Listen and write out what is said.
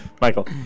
Michael